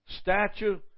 statue